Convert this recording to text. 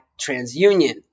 TransUnion